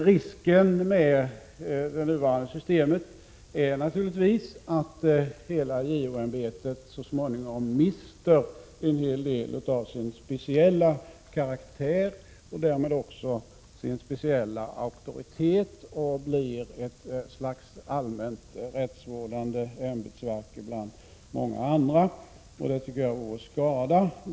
Risken med det nuvarande systemet är naturligtvis att hela JO-ämbetet så småningom mister en hel del av sin speciella karaktär, och därmed också sin speciella auktoritet, och blir ett slags allmänt rättsvårdande ämbete bland många andra. Det tycker jag vore skada.